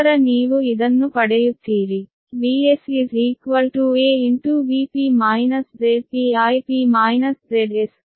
ನಂತರ ನೀವು ಇದನ್ನು ಪಡೆಯುತ್ತೀರಿ Vsa ZsIs ಇದು ಸಮೀಕರಣ 25